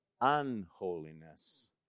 unholiness